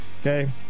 Okay